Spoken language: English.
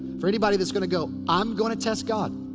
for anybody that's gonna go, i'm gonna test god.